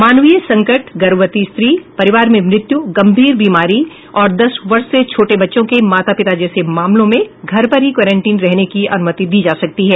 मानवीय संकट गर्भवती स्त्री परिवार में मृत्यू गंभीर बीमारी और दस वर्ष से छोटे बच्चों के माता पिता जैसे मामलों में घर पर ही क्वारंटीन रहने की अनुमति दी जा सकती है